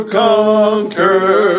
conquer